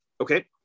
Okay